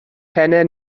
pennau